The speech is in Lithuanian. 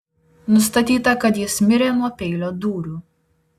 nustatyta kad jis mirė nuo peilio dūrių